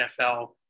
NFL